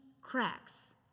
cracks